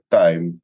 time